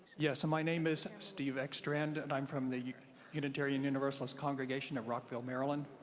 yes. my name is steve extra nd and um from the unitarian universalist congregation of rockville, maryland.